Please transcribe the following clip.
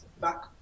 back